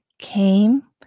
came